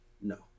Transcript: no